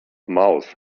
mouth